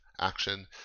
action